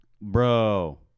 Bro